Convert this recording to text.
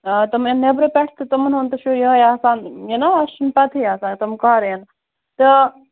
آ تِم یِنۍ نیٚبرٕ پٮ۪ٹھ تہٕ تِمَن ہُنٛد تہِ چھُ یِہَے آسان یہِ نا اَسہِ چھُنہٕ پَتہٕ ہٕے آسان تِم کر یِنۍ تہٕ